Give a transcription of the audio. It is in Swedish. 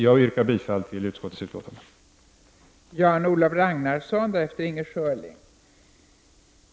Jag yrkar bifall till utskottets hemställan i betänkandet.